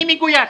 אני מגויס.